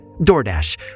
DoorDash